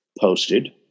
posted